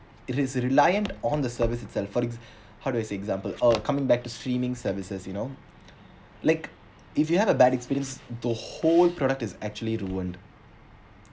it is reliant on the service itself for ex~ how to I say example oh coming back to streaming services you know like if you have a bad experience the whole product is actually ruined